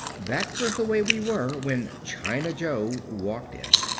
that was the way we were when china joe walked in.